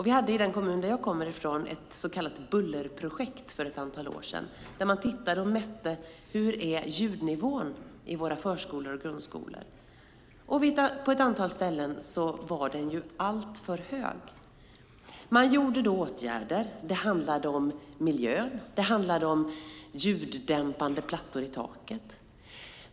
Vi hade i den kommun jag kommer ifrån ett så kallat bullerprojekt för ett antal år sedan, där man tittade på och mätte ljudnivån i våra förskolor och grundskolor. På ett antal ställen var den alltför hög. Man vidtog då åtgärder. Det handlade om miljö och om ljuddämpande plattor i taket.